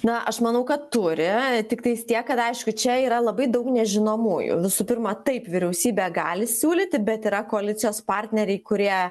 na aš manau kad turi tiktais tiek kad aišku čia yra labai daug nežinomųjų visų pirma taip vyriausybė gali siūlyti bet yra koalicijos partneriai kurie